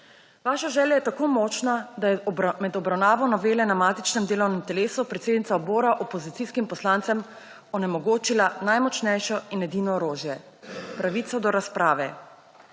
Vaša želja je tako močna, da je med obravnavo novele na matičnem delovnem telesu predsednica odbora opozicijskim poslancem onemogočila najmočnejše in edino orožje – pravico do razprave.